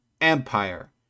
empire